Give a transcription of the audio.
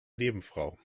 nebenfrau